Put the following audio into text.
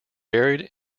buried